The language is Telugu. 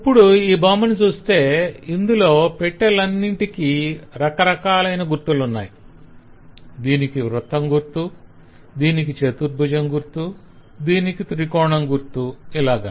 ఇప్పుడు ఈ బొమ్మను చూస్తే ఇందులో పెట్టెలన్నింటికి రక రకాలైన గుర్తులున్నాయి దీనికి వృత్తం గుర్తు దీనికి చతుర్భుజం గుర్తు దీనికి త్రికోణం గుర్తు అలాగా